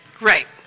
Right